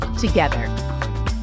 together